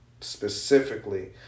specifically